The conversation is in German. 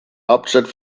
hauptstadt